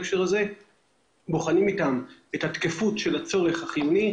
אנחנו בוחנים את התקפות של הצורך החיוני,